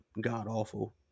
god-awful